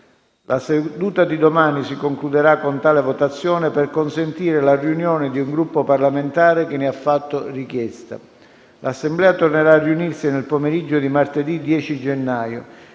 La seduta di domani si concluderà con tale votazione per consentire la riunione di un Gruppo parlamentare che ne ha fatto richiesta. L'Assemblea tornerà a riunirsi nel pomeriggio di martedì 10 gennaio.